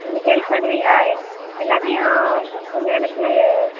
நீங்கள் ஹெல்ப் பண்ணுவீங்களா எல் எல்லாத்தையும் கொஞ்சம் எனக்கு